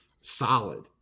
solid